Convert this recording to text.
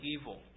evil